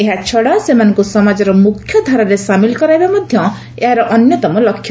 ଏହାଛଡା ସେମାନଙ୍କୁ ସମାଜର ମୁଖ୍ୟ ଧାରାରେ ସାମିଲ କରାଇବା ମଧ୍ୟ ଏହାର ଅନ୍ୟତମ ଲକ୍ଷ୍ୟ